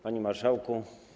Panie Marszałku!